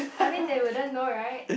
I mean they wouldn't know right